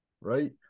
right